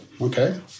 okay